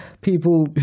people